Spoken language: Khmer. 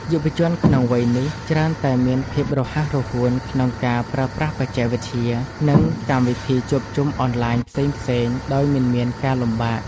យុវជនក្នុងវ័យនេះ ច្រើនតែមានភាពរហ័សរហួនក្នុងការប្រើប្រាស់បច្ចេកវិទ្យា និងកម្មវិធីជួបជុំអនឡាញផ្សេងៗដោយមិនមានការលំបាក។